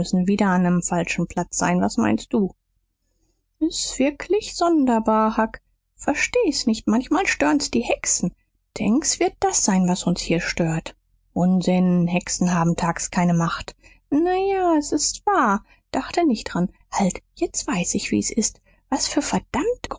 wieder an nem falschen platz sein was meinst du s ist wirklich sonderbar huck versteh's nicht manchmal stören's die hexen denk s wird das sein was uns hier stört unsinn hexen haben tags keine macht na ja s ist wahr dachte nicht dran halt jetzt weiß ich wie's ist was für verdammt